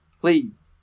please